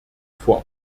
vor